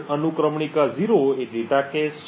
અનુક્રમણિકા 0 એ data cache છે